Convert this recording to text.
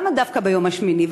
למה דווקא ביום השמיני?